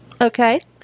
Okay